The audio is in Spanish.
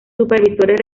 supervisores